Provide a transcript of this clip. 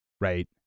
Right